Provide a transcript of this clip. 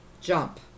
Jump